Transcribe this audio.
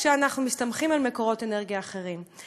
כשאנחנו מסתמכים על מקורות אנרגיה אחרים.